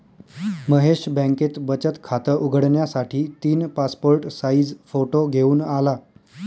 महेश बँकेत बचत खात उघडण्यासाठी तीन पासपोर्ट साइज फोटो घेऊन आला